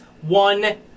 one